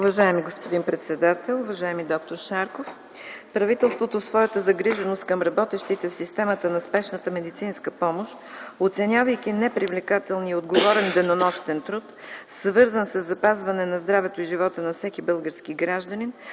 Уважаеми господин председател, уважаеми д-р Шарков! Правителството в своята загриженост към работещите в системата на Спешната медицинска помощ, оценявайки непривлекателния и отговорен денонощен труд, свързан със запазване на здравето и живота на всеки български гражданин,